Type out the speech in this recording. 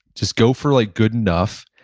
just go for like good enough,